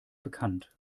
bekannt